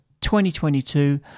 2022